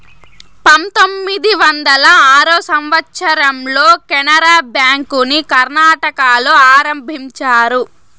పంతొమ్మిది వందల ఆరో సంవచ్చరంలో కెనరా బ్యాంకుని కర్ణాటకలో ఆరంభించారు